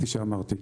כפי שאמרתי.